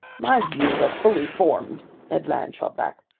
my views are fully formed, ned land shot back.